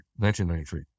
1993